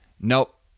nope